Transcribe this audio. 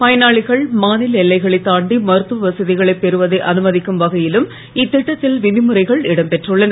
பயனாளிகள் மாநில எல்லைகளைத் தாண்டி மருத்துவ சிகிச்சை பெறுவதை அனுமதிக்கும் வகையிலும் இத்திட்டத்தில் விதிமுறைகள் இடம் பெற்றுள்ளன